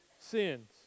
sins